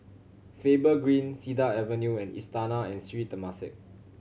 Faber Green Cedar Avenue and Istana and Sri Temasek